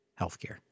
healthcare